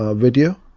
ah video,